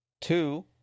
Two